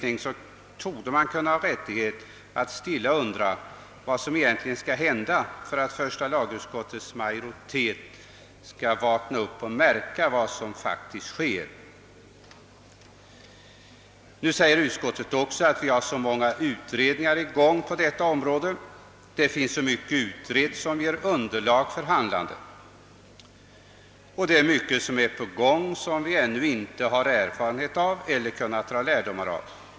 Mot bakgrunden av denna redovisning kan man ha rättighet att stilla undra vad som egentligen skall hända för att första lagutskottets majoritet skall vakna upp och märka vad som faktiskt sker. Utskottet skriver också att det är så många utredningar som arbetar på området, att det finns så mycket utredningsmaterial som ger underlag för handlande och att det är så mycket på gång som vi ännu inte kunnat få erfarenhet av och dra lärdomar av.